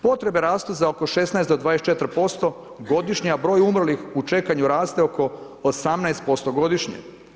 Potrebe rastu za oko 16 do 24 posto godišnje, a broj umrlih u čekanju raste oko 18% godišnje.